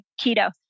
keto